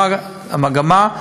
המגמה,